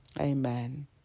Amen